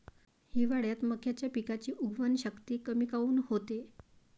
हिवाळ्यात मक्याच्या पिकाची उगवन शक्ती कमी काऊन होते?